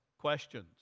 questions